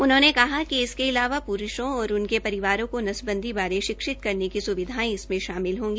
उन्होंने कहा कि इसके अलावा पुरूषों और उनके परिवारों को नसबंदी बारे शिक्षित करने की सुविधायें इसमें शामिल होंगी